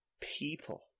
people